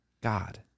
God